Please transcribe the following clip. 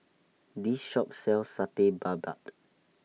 This Shop sells Satay Babat